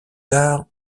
tard